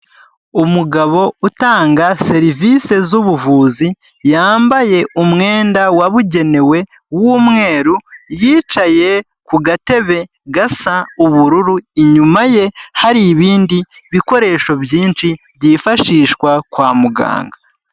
Umugabo utanga serivisi z'ubuvuzi, yambaye umwenda wabugenewe w'umweru, yicaye ku gatebe gasa ubururu, inyuma ye hari ibindi bikoresho byinshi byifashishwa kwa muganga.